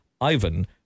Ivan